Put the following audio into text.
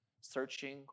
searching